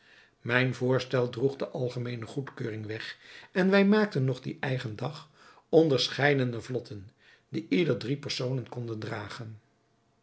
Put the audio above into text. mijn voorstel droeg de algemeene goedkeuring weg en wij maakten nog dien eigen dag onderscheidene vlotten die ieder drie personen konden dragen